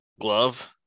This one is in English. glove